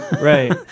right